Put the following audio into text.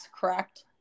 correct